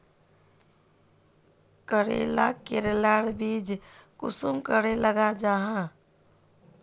करेला करेलार बीज कुंसम करे लगा जाहा?